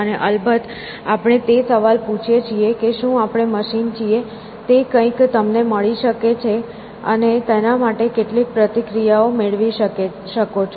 અને અલબત્ત આપણે તે સવાલ પૂછીએ છીએ કે શું આપણે મશીન છીએ તે કંઈક તમને મળી શકે છે અને તેના માટે કેટલીક પ્રતિક્રિયાઓ મેળવી શકો છો